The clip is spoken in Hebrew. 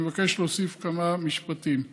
אני מבקש להוסיף כמה משפטים.